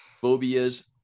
Phobias